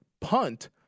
Punt